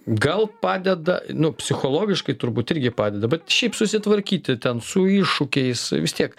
gal padeda nu psichologiškai turbūt irgi padeda bet šiaip susitvarkyti ten su iššūkiais vis tiek